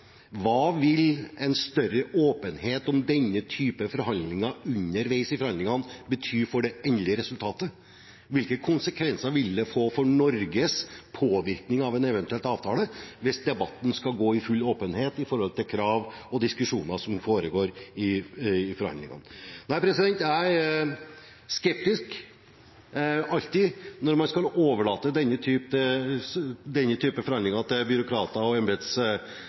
Hva vil en større åpenhet om denne typen forhandlinger, underveis i forhandlingene, bety for det endelige resultatet? Hvilke konsekvenser vil det få for Norges påvirkning på en eventuell avtale, hvis debatten skal gå i full åpenhet i forhold til krav og diskusjoner som pågår i forhandlingene? Jeg er alltid skeptisk når man skal overlate denne typen forhandlinger til byråkrater og